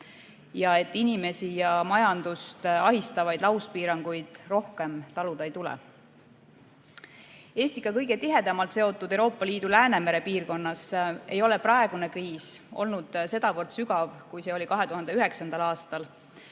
ja et inimesi ja majandust ahistavaid lauspiiranguid rohkem taluda ei tule. Eestiga kõige tihedamalt seotud Euroopa Liidu Läänemere piirkonnas ei ole praegune kriis olnud sedavõrd sügav, kui see oli 2009. aastal.